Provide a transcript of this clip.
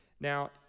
Now